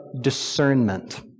discernment